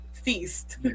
Feast